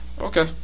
Okay